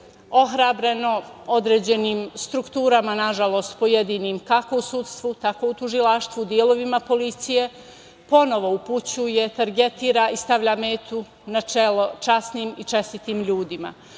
ohrabreno određenim strukturama, nažalost pojedinim kako u sudstvu, tako u tužilaštvu, delovima policije, ponovo upućuje, targetira i stavlja metu na čelo časnim i čestitim ljudima. Ukoliko